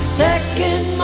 second